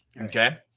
Okay